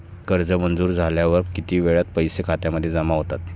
कर्ज मंजूर झाल्यावर किती वेळात पैसे खात्यामध्ये जमा होतात?